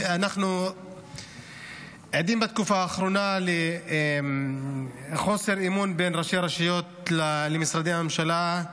אנחנו עדים בתקופה האחרונה לחוסר אמון בין ראשי הרשויות למשרדי הממשלה.